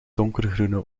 donkergroene